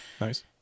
Nice